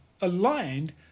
aligned